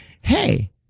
hey